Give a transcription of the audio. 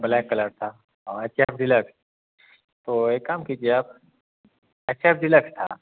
black colour था और H F deluxe तो एक काम कीजिए आप एच एफ़ डीलक्स था